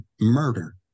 murder